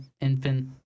infant